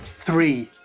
three.